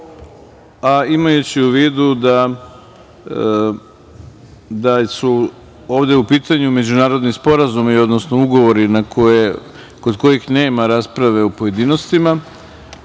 a imajući u vidu da su ovde u pitanju međunarodni sporazumi, odnosno ugovori kod kojih nema rasprave u pojedinostima,